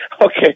Okay